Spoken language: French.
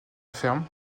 ferme